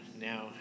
Now